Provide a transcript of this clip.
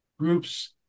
Groups